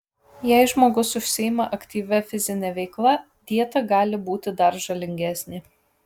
jei žmogus užsiima aktyvia fizine veikla dieta gali būti dar žalingesnė